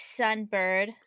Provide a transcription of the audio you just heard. Sunbird